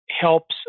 helps